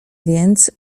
więc